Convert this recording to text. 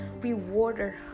rewarder